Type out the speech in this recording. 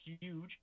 huge